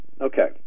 Okay